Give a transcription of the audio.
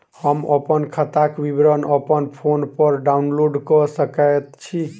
हम अप्पन खाताक विवरण अप्पन फोन पर डाउनलोड कऽ सकैत छी?